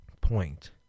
point